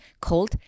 called